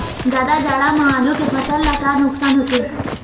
जादा जाड़ा म आलू के फसल ला का नुकसान होथे?